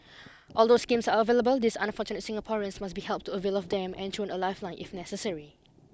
although schemes are available these unfortunate Singaporeans must be helped to avail of them and thrown a lifeline if necessary